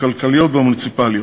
הכלכליות והמוניציפליות.